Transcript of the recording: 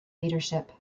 leadership